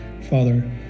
Father